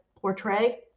portray